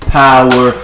power